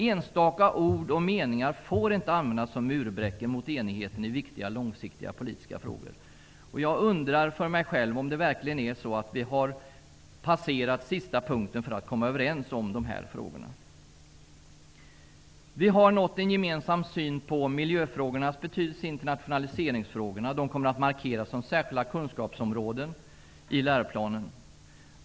Enstaka ord och meningar får inte användas som murbräckor mot enigheten i viktiga, långsiktiga politiska frågor. Jag undrar för mig själv om vi verkligen har passerat sista punkten för att komma överens i de här frågorna. Vi har nått en gemensam syn på miljöfrågornas betydelse och internationaliseringsfrågorna. De kommer att markeras som särskilda kunskapsområden i läroplanen.